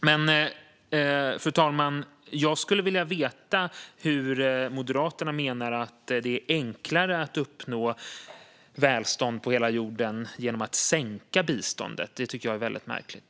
Men, fru talman, jag skulle vilja veta hur Moderaterna menar att det är enklare att uppnå välstånd på hela jorden genom att sänka biståndet. Det tycker jag är väldigt märkligt.